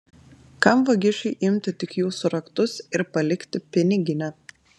kam vagišiui imti tik jūsų raktus ir palikti piniginę